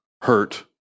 hurt